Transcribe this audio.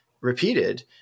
repeated